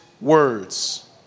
words